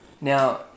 Now